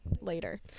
later